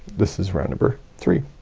this is round number three.